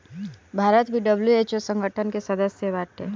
भारत भी डब्ल्यू.एच.ओ संगठन के सदस्य बाटे